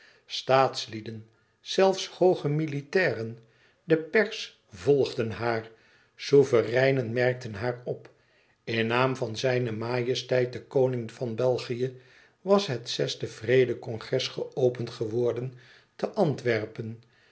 staats lieden zelfs hooge militairen de pers volgden haar souvereinen merkten haar op in naam van zijne majesteit den koning van belgië was het zesde vrede congres geopend geworden te antwerpen